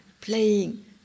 playing